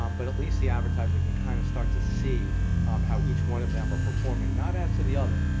um but at least the advertiser can kind of start to see how each one of them are performing, not as to the other,